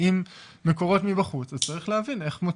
ואם מקורות מבחוץ צריך להבין איך מוצאים את המקור.